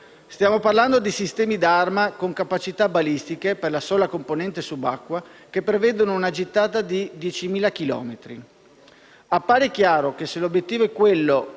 Stiamo parlando di sistemi d'arma con capacità balistiche che, per la sola componente subacquea, prevedono una gittata di 10.000 chilometri. Appare chiaro che, se l'obiettivo è quello